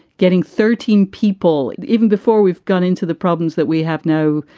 getting thirteen people even before we've gone into the problems that we have no.